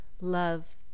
love